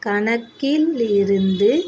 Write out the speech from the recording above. கணக்கில் இருந்து